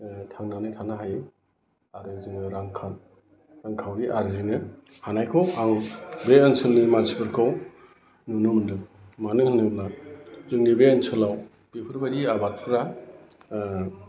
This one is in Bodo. थांनानै थानो हायो आरो जोङो रांखावरि आरजिनो हानायखौ आं बे ओनसोलनि मानसिफोरखौ नुनो मोनदों मानो होनोब्ला जोंनि बे ओनसोलाव बेफोरबायदि आबादफ्रा